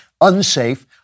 unsafe